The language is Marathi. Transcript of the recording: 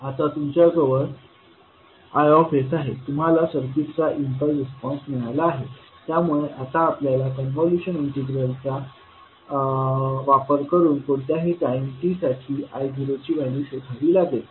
आता तुमच्याजवळ isआहे तुम्हाला सर्किटचा इम्पल्स रिस्पॉन्स मिळाला आहे त्यामुळे आता आपल्याला कॉन्व्होल्यूशन इंटिग्रलचा वापर करून कोणत्याही टाईम t साठी i0ची व्हॅल्यू शोधावी लागेल